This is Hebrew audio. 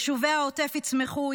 יישובי העוטף יצמחו,